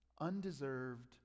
undeserved